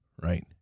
right